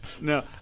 No